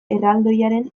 erraldoiaren